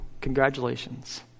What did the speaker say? Congratulations